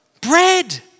bread